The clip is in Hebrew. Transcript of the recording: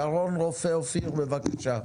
שרון רופא-אופיר, בבקשה.